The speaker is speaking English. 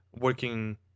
working